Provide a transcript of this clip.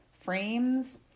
frames